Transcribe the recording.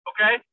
Okay